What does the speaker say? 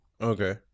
Okay